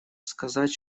сказать